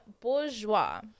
bourgeois